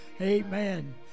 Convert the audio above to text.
Amen